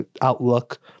outlook